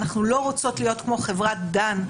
אנחנו לא רוצות להיות כמו חברת דן,